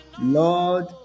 Lord